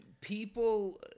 people